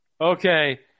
Okay